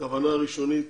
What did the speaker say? הכוונה הראשונית